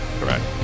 correct